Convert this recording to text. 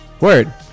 Word